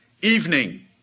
Evening